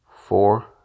Four